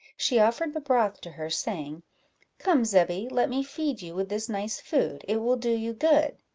she offered the broth to her, saying come, zebby, let me feed you with this nice food it will do you good.